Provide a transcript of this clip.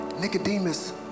Nicodemus